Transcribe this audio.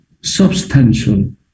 substantial